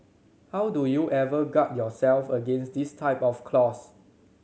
how do you ever guard yourself against this type of clause